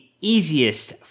easiest